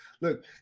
Look